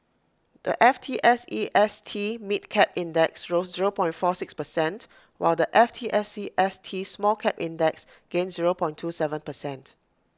the F T S E S T mid cap index rose zero point four six percent while the F T S E S T small cap index gained zero point two Seven percent